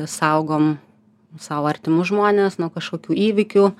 saugom sau artimus žmones nuo kažkokių įvykių